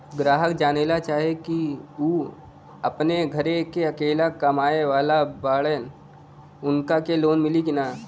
ग्राहक जानेला चाहे ले की ऊ अपने घरे के अकेले कमाये वाला बड़न उनका के लोन मिली कि न?